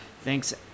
Thanks